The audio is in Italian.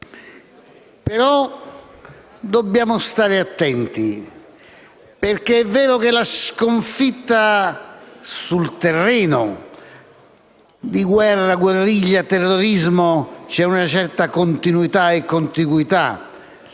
Ma dobbiamo stare attenti, perché è vero che nella sconfitta sul terreno di guerra, guerriglia e terrorismo c'è una certa continuità e contiguità